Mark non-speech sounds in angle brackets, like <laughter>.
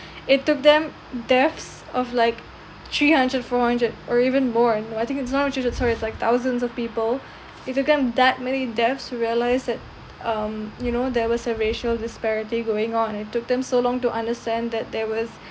it took them deaths of like three hundred four hundred or even more and I think it's not just uh tourists like thousands of people <breath> it took them that many deaths to realise that um you know there was a racial disparity going on and it took them so long to understand that there was